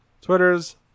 twitters